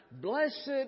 Blessed